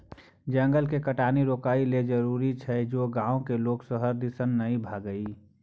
जंगल के कटनी रोकइ लेल जरूरी छै जे गांव के लोक शहर दिसन नइ भागइ